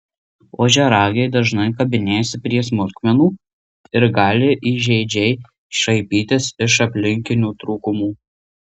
ožiaragiai dažnai kabinėjasi prie smulkmenų ir gali įžeidžiai šaipytis iš aplinkinių trūkumų